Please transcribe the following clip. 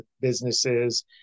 businesses